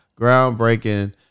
groundbreaking